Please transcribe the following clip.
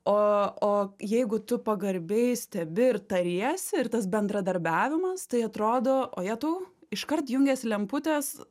o o jeigu tu pagarbiai stebi ir tariesi ir tas bendradarbiavimas tai atrodo o jetau iškart jungiasi lemputės